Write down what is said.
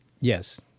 Yes